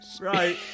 Right